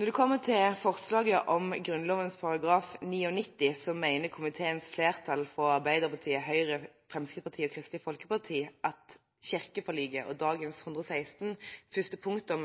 Når det kommer til forslaget om Grunnloven § 99, mener komiteens flertall fra Arbeiderpartiet, Høyre, Fremskrittspartiet og Kristelig Folkeparti at kirkeforliket og dagens § 116 første punktum